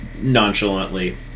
nonchalantly